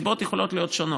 הסיבות יכולות להיות שונות.